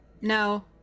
No